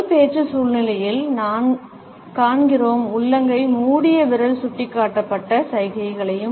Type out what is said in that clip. பொது பேச்சு சூழ்நிலையில் நாம்காண்கிறோம் உள்ளங்கை மூடிய விரல் சுட்டிக்காட்டப்பட்ட சைகையையும்